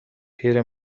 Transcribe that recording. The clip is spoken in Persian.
پیر